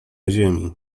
ziemi